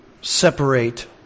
separate